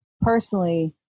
personally